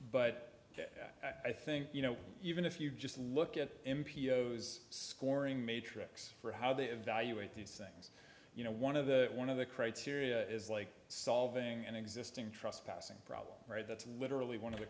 but i think you know even if you just look at m p o those scoring matrix for how they evaluate these things you know one of the one of the criteria is like solving an existing trespassing problem right that's literally one of the